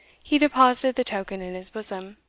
he deposited the token in his bosom.